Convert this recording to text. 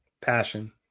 Passion